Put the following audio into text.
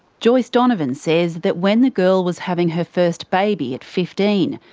joyce donovan says that when the girl was having her first baby at fifteen,